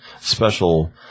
special